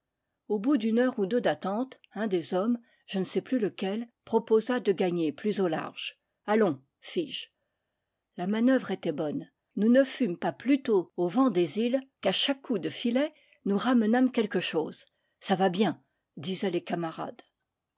au bout d'une heure ou deux d'attente un des hommes je ne sais plus lequel proposa de gagner plus au large allons fis-je la manœuvre était bonne nous ne fûmes pas plus tôt au vent des îles qu'à chaque coup de filet nous ramenâmes quelque chose oc ça va bien disaient les camarades